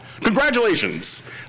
Congratulations